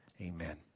Amen